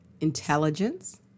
intelligence